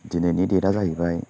दिनैनि डेटआ जाहैबाय